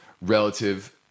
relative